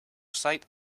sight